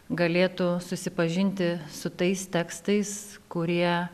galėtų susipažinti su tais tekstais kurie